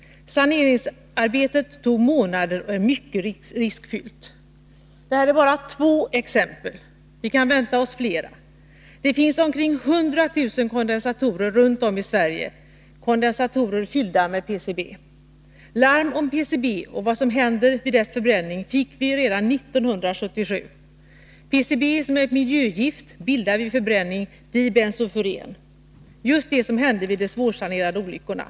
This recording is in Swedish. Saneringsarbetet tog månader och är mycket riskfyllt. Detta är bara två exempel. Vi kan vänta oss fler. Det finns omkring 100 000 kondensatorer runt om i Sverige, kondensatorer fyllda med PCB. Larm om PCB och vad som händer vid dess förbränning fick vi redan 1977. PCB, som är ett miljögift, bildar vid förbränning dibensofuren. Det var just det som hände vid de svårsanerade olyckorna.